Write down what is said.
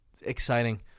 exciting